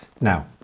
Now